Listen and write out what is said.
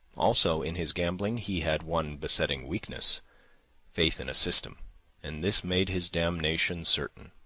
also, in his gambling, he had one besetting weakness faith in a system and this made his damnation certain.